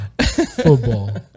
football